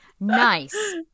nice